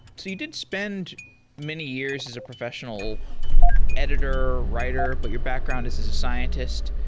you did spend many years as a professional editor, writer, but your background is is a scientist.